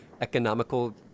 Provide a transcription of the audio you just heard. economical